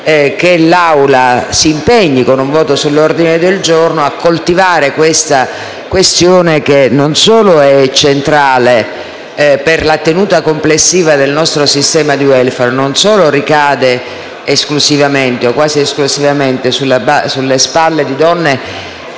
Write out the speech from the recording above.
che l'Assemblea si impegni, con un voto sull'ordine del giorno, a coltivare detta questione, che non solo è centrale per la tenuta complessiva del nostro sistema di *welfare* e ricade esclusivamente - o quasi - sulle spalle di donne